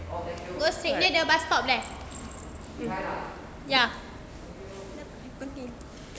go straight near the bus stop there